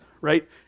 right